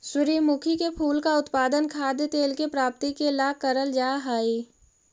सूर्यमुखी के फूल का उत्पादन खाद्य तेल के प्राप्ति के ला करल जा हई